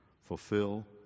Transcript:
Fulfill